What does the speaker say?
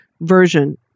version